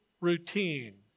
routine